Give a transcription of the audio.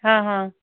ହଁ ହଁ